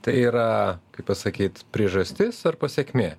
tai yra kaip pasakyt priežastis ar pasekmė